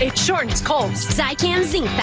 ah shorts colts. i can sing.